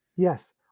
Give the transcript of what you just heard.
Yes